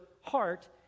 heart